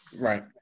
right